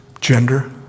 Gender